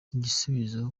igisubizo